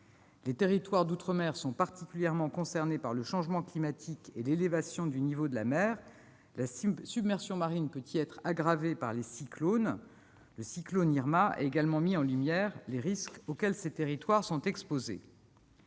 Les territoires d'outre-mer sont particulièrement concernés par le changement climatique et l'élévation du niveau de la mer. La submersion marine peut y être aggravée par les cyclones. Le cyclone Irma a également mis en lumière les risques auxquels ces territoires sont exposés.